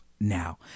Now